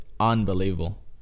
unbelievable